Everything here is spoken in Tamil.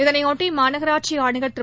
இதனையொட்டி மாநகராட்சி ஆணையர் திரு